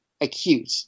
acute